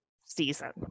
season